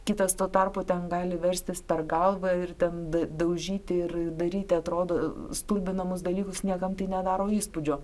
kitas tuo tarpu ten gali verstis per galvą ir ten daužyti ir daryti atrodo stulbinamus dalykus niekam tai nedaro įspūdžio